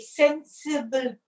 sensible